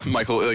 Michael